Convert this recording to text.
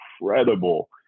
incredible